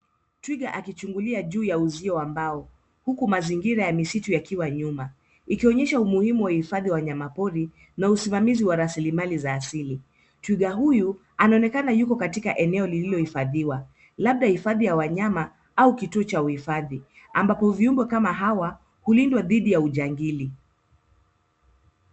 Twiga akichungulia juu ya uzio wa mbao huku mazingira ya misitu ikiwa nyuma ikionyesha umuhimu wa uhifadhi wa wanyamapori na usimamizi wa rasilimali asili. Twiga huyu anaonekana yuko katika eneo lililohifadhiwa labda hifadhi ya wanyama au kituo cha uhifadhi ambapo viumbe kama hawa hulindwa dhidi ya ujangili.